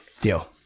Deal